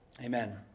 Amen